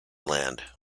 land